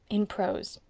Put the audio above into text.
in prose,